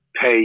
pay